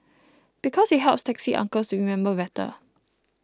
because it helps taxi uncles to remember better